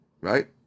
right